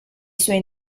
suoi